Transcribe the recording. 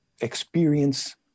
experience